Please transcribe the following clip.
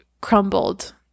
crumbled